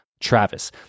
Travis